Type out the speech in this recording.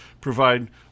provide